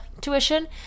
tuition